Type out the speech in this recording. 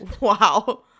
Wow